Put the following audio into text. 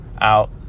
out